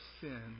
sin